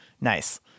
nice